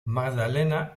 magdalena